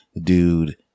dude